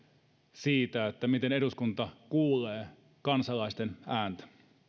siitä miten eduskunta kuulee kansalaisten ääntä